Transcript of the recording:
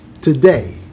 Today